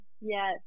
yes